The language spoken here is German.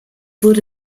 wurde